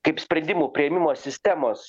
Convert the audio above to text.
kaip sprendimų priėmimo sistemos